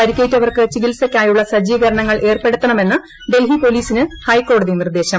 പരിക്കേറ്റവർക്ക് ചികിൽസയ്ക്കായുള്ള സജ്ജീകരണങ്ങൾ ഏർപ്പെടുത്തണമെന്ന് ഡൽഹി പോലീസിന് ഹൈക്കോടതി നിർദ്ദേശം